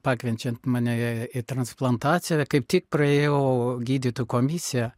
pakviečiant mane į transplantaciją kaip tik praėjau gydytojų komisiją